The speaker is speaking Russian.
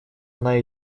она